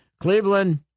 Cleveland